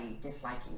disliking